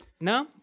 No